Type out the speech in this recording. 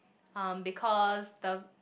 um because the